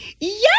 Yes